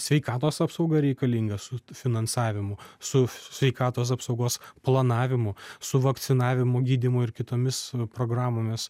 sveikatos apsauga reikalinga su finansavimu su sveikatos apsaugos planavimu su vakcinavimu gydymu ir kitomis programomis